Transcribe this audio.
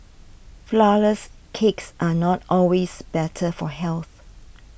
Flourless Cakes are not always better for health